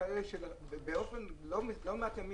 לא מעט ימים,